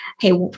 Hey